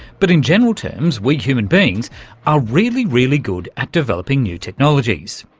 but in general terms we human beings are really, really good at developing new technologies.